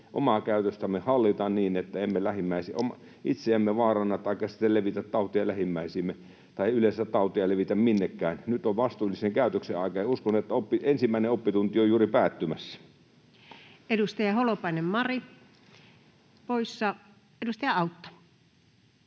omaa käytöstämme hallita niin, että emme itseämme vaaranna taikka sitten levitä tautia lähimmäisiimme tai levitä tautia yleensä minnekään. Nyt on vastuullisen käytöksen aika, ja uskon, että ensimmäinen oppitunti on juuri päättymässä. [Speech 93] Speaker: Anu